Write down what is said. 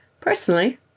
Personally